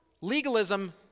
Legalism